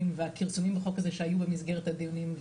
והכרסומים בחוק הזה שהיו במסגרת הדיונים,